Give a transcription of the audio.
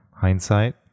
hindsight